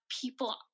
people